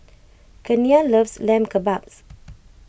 Kenia loves Lamb Kebabs